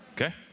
Okay